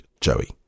Joey